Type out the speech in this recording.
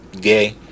gay